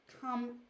come